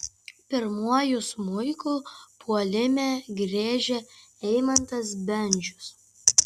pirmuoju smuiku puolime griežia eimantas bendžius